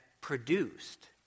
produced